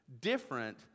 different